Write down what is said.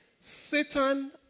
Satan